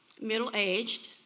middle-aged